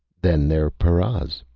then they're paras!